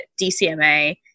DCMA